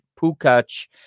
Pukac